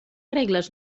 regles